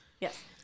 Yes